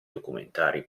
documentari